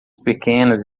pequenas